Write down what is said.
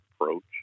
approach